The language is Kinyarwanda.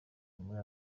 muri